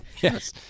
Yes